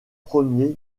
premiers